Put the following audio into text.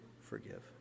forgive